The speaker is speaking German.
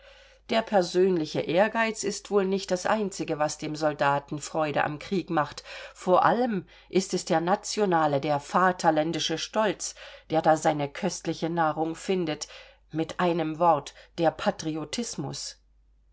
der persönliche ehrgeiz ist wohl nicht das einzige was dem soldaten freude am kriege macht vor allem ist es der nationale der vaterländische stolz der da seine köstliche nahrung findet mit einem wort der patriotismus